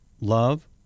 love